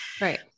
Right